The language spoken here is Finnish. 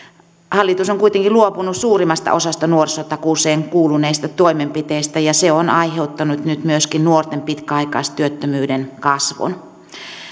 hallitus on kuitenkin luopunut suurimmasta osasta nuorisotakuuseen kuuluneista toimenpiteistä ja se on aiheuttanut nyt myöskin nuorten pitkäaikaistyöttömyyden kasvun